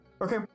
Okay